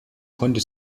konnte